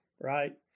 right